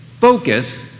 focus